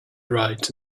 right